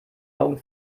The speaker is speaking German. augen